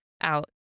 out